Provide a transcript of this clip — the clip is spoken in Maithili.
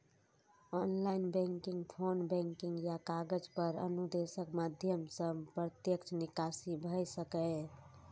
ऑनलाइन बैंकिंग, फोन बैंकिंग या कागज पर अनुदेशक माध्यम सं प्रत्यक्ष निकासी भए सकैए